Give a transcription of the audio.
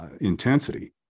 Intensity